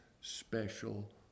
special